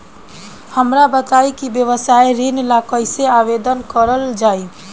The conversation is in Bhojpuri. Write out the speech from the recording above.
हमरा बताई कि व्यवसाय ऋण ला कइसे आवेदन करल जाई?